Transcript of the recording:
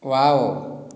wow